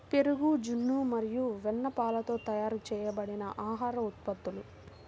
పెరుగు, జున్ను మరియు వెన్నపాలతో తయారు చేయబడిన ఆహార ఉత్పత్తులు